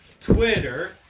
Twitter